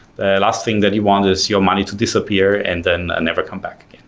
the last thing that you want is your money to disappear and then never come back again.